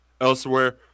elsewhere